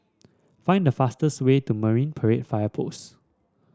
find the fastest way to Marine Parade Fire Post